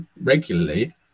regularly